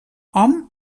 hom